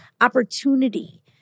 opportunity